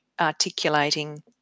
articulating